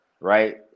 right